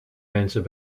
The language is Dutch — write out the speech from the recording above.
mensen